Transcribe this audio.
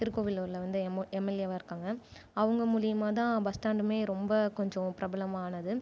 திருக்கோவிலூரில் வந்து எம் எம்எல்எவாக இருக்காங்கள் அவங்க மூலியமாக தான் பஸ் ஸ்டாண்டுமே ரொம்ப கொஞ்சம் பிரபலமாக ஆனது